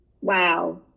wow